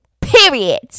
Period